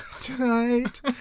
Tonight